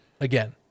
again